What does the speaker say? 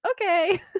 okay